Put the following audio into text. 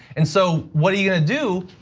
and so what are you gonna do?